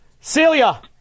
Celia